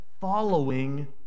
following